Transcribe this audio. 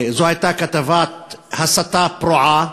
זו הייתה כתבת הסתה פרועה,